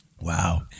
Wow